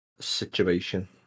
situation